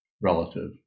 relative